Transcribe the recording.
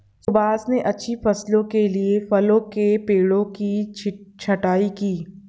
सुभाष ने अच्छी फसल के लिए फलों के पेड़ों की छंटाई की